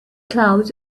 clouds